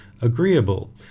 agreeable